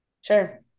Sure